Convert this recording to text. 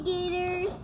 Gators